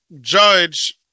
Judge